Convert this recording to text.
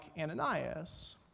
Ananias